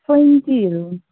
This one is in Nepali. ट्वेन्टीहरू